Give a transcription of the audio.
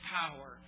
power